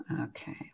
Okay